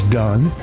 done